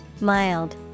Mild